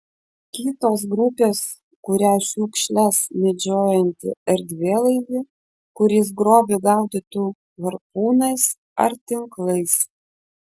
kitos grupės kuria šiukšles medžiojantį erdvėlaivį kuris grobį gaudytų harpūnais ar tinklais